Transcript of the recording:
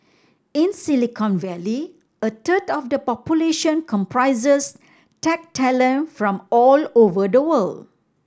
in Silicon Valley a third of the population comprises tech talent from all over the world